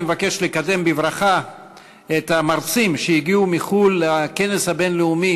אני מבקש לקדם בברכה את המרצים שהגיעו מחו"ל לכנס הבין-לאומי